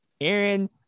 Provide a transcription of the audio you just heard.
Aaron